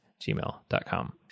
gmail.com